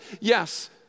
Yes